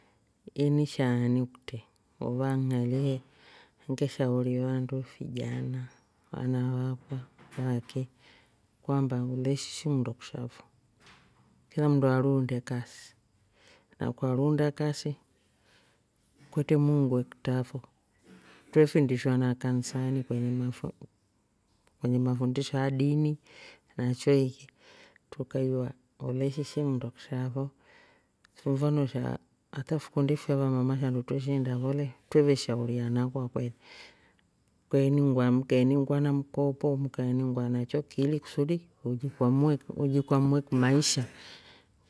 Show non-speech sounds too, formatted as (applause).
Iyo ni shaani kutri uvaang'ali (hesitation) keshauri vandu fijana. vanawakwa vaki (voices) kwamba uleshi shi nndo kisha fo kila mndu aruunde kasi na kwaruunda kasi kwetre muungu e kutra fo twefindishwa na kanisani kwenye mafundisho ah dini na choiki trukaiywa uleshi shinndo ksha fo kwamfano sha hata fikundi fi fya vamama shandu twreshiinda fo le tweveshauriana kwakweli kweiningwa mkeiningwa na mkopo mkeiningwa na choki ilikusudi ujikwamue kimaisha.